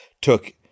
took